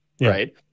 Right